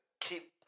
keep